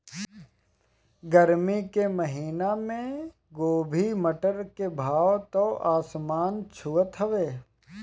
गरमी के महिना में गोभी, मटर के भाव त आसमान छुअत हवे